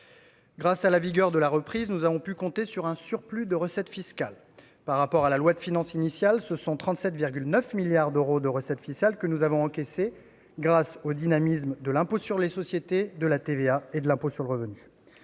Grâce à la vigueur de la reprise, nous avons pu compter sur un surplus de recettes fiscales. Par rapport à la loi de finances initiale, ce sont 37,9 milliards d'euros supplémentaires que nous avons encaissés, grâce au dynamisme de l'impôt sur les sociétés, de la TVA et de l'impôt sur le revenu.